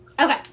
okay